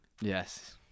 Yes